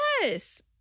Yes